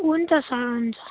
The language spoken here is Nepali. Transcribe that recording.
हुन्छ सर हुन्छ